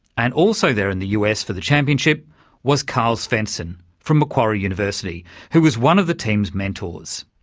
and also there in the us for the championship was carl svensson from macquarie university who was one of the team's mentors.